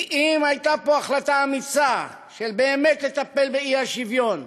כי אם הייתה פה החלטה אמיצה לטפל באי-שוויון,